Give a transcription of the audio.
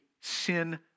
sin